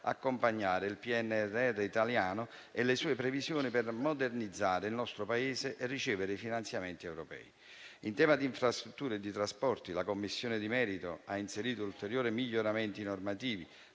accompagnare il PNRR italiano e le sue previsioni per modernizzare il nostro Paese e ricevere i finanziamenti europei. In tema di infrastrutture e di trasporti la Commissione di merito ha inserito ulteriori miglioramenti normativi,